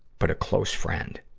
but a close friend.